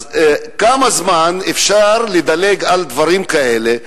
אז כמה זמן אפשר לדלג על דברים כאלה?